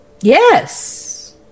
Yes